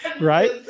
Right